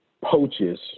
poaches